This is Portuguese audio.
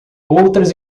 outras